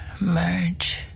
merge